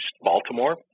Baltimore